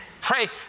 Pray